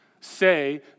say